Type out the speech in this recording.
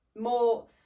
more